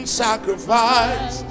sacrifice